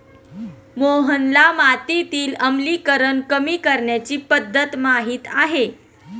मोहनला मातीतील आम्लीकरण कमी करण्याची पध्दत माहित आहे